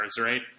right